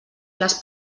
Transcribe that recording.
les